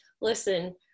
listen